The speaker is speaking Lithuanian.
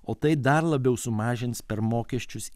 o tai dar labiau sumažins per mokesčius